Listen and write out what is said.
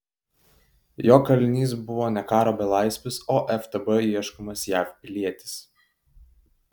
jo kalinys buvo ne karo belaisvis o ftb ieškomas jav pilietis